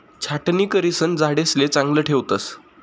छाटणी करिसन झाडेसले चांगलं ठेवतस